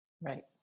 right